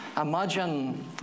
Imagine